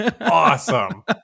awesome